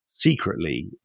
secretly